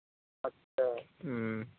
अच्छा